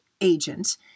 agent